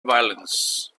violence